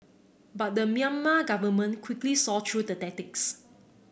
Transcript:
but the Myanmar government quickly saw through the tactics